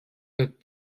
could